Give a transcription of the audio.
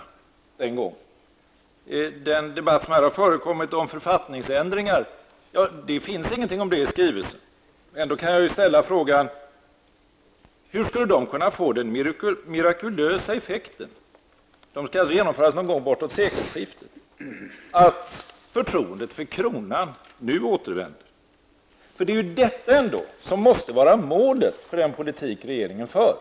Det finns i skrivelsen ingenting om den debatt som har förekommit om författningsändringar. Dessa förändringar skall genomföras någon gång fram emot sekelskiftet. Hur skall då dessa förändringar kunna få den mirakulösa effekten att förtroendet för kronan återvänder? Det är ju ändå detta som måste vara målet för den politik som regeringen för.